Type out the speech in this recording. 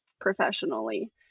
professionally